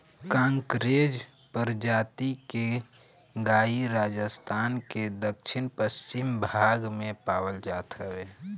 कांकरेज प्रजाति के गाई राजस्थान के दक्षिण पश्चिम भाग में पावल जात हवे